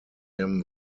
him